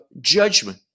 judgment